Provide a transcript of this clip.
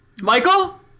Michael